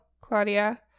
Claudia